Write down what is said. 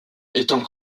étant